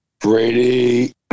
Brady